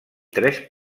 tres